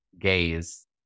gaze